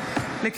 הכנסת,